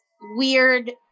weird